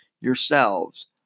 yourselves